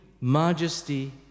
majesty